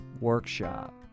workshop